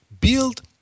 build